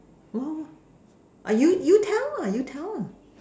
oh ah you you tell lah you tell lah